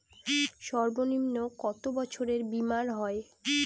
সর্বনিম্ন কত বছরের বীমার হয়?